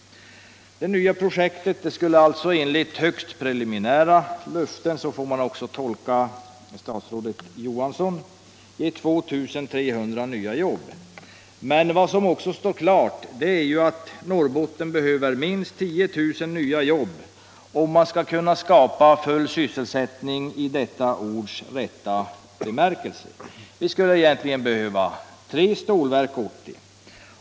Det nya projektet skulle alltså enligt högst preliminära löften — så får man tolka statsrådet Johansson — ge 2 300 nya jobb. Men vad som också står klart är att Norrbotten behöver minst 10 000 nya jobb, om man skall kunna skapa full sysselsättning i detta ords rätta bemärkelse. Vi skulle egentligen behöva tre Stålverk 80.